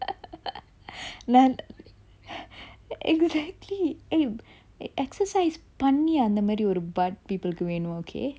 exactly exercise பண்ணி அந்த மாறி ஒரு:panni antha mari oru butt people கு வேணும்:ku venum okay